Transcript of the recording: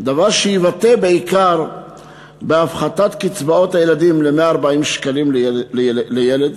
דבר שיתבטא בעיקר בהפחתת קצבאות הילדים ל-140 שקלים לילד,